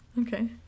okay